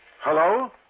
Hello